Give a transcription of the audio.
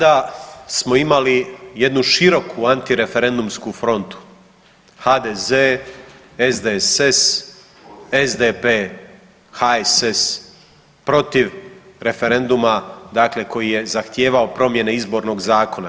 Tada smo imali jednu široku antireferendumsku frontu HDZ-SDSS-SDP-HSS protiv referenduma dakle koji je zahtijevao promjene Izbornog zakona.